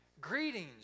Greetings